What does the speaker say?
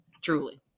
truly